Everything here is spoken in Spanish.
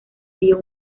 dio